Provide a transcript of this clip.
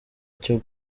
cyo